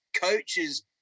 coaches